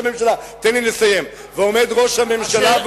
עומד ראש הממשלה,